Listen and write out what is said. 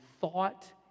thought